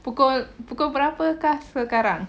pukul berapakah sekarang